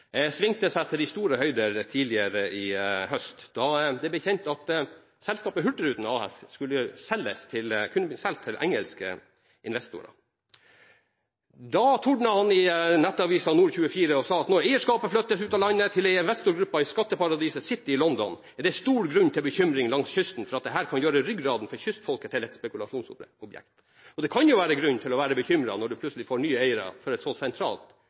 jeg få lov til å stoppe opp, for her har det tatt helt av i Nord-Norge. Filosof og stortingsrepresentant Torgeir Knag Fylkesnes svingte seg til de store høyder tidligere i høst, da det ble kjent at selskapet Hurtigruten ASA skulle selges til engelske investorer. Da tordnet han i nettavisen Nord24: «Når eierskapet flyttes ut av landet, til en investorgruppe i skatteparadiset City i London, er det stor grunn til bekymring langs kysten for at dette kan gjøre ryggraden for kystfolket til et spekulasjonsobjekt.» Det kan jo være grunn til å være bekymret når man plutselig får nye eiere i et så sentralt